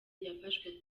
yafashwe